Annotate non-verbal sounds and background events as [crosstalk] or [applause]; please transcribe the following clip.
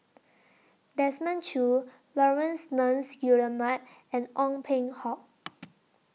Desmond Choo Laurence Nunns Guillemard and Ong Peng Hock [noise]